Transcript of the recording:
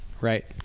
Right